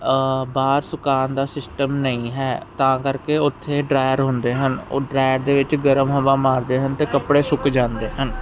ਬਾਹਰ ਸੁਕਾਨ ਦਾ ਸਿਸਟਮ ਨਹੀਂ ਹੈ ਤਾਂ ਕਰਕੇ ਉੱਥੇ ਡਰਾਇਰ ਹੁੰਦੇ ਹਨ ਉਹ ਡਰਾਇਰ ਦੇ ਵਿੱਚ ਗਰਮ ਹਵਾ ਮਾਰਦੇ ਹਨ ਤੇ ਕੱਪੜੇ ਸੁੱਕ ਜਾਂਦੇ ਹਨ